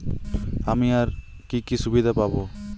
আমি আর কি কি সুবিধা পাব?